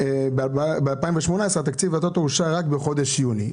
ב-2018 התקציב אושר רק בחודש יוני,